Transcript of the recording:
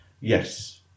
yes